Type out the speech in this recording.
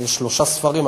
יש שלושה ספרים.